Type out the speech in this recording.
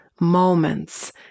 moments